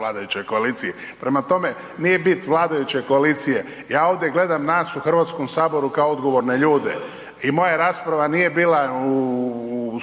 vladajućoj koaliciji. Prema tome, nije bit vladajuće koalicije ja ovdje gledam nas u Hrvatskom saboru kao odgovorne ljude i moja rasprava nije bila u